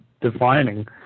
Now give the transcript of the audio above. defining